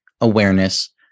awareness